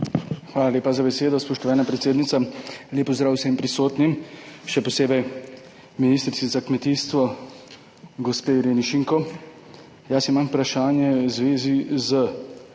Hvala lepa za besedo, spoštovana predsednica. Lep pozdrav vsem prisotnim, še posebej ministrici za kmetijstvo, gospe Ireni Šinko. Jaz imam vprašanje v zvezi z